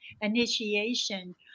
initiation